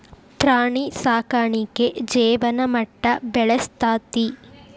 ಪ್ರಾಣಿ ಸಾಕಾಣಿಕೆ ಜೇವನ ಮಟ್ಟಾ ಬೆಳಸ್ತತಿ